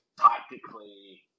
tactically